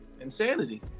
Insanity